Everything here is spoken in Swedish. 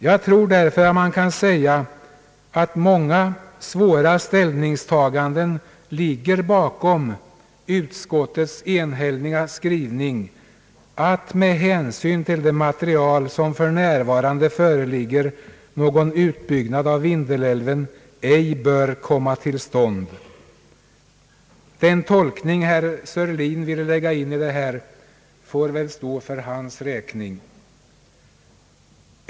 Jag tror därför man kan påstå att många besvärliga ställningstaganden ligger bakom utskottets enhälliga skrivning, att med hänsyn till det material som för närvarande föreligger någon utbyggnad av Vindelälven ej bör komma till stånd.